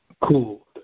Cool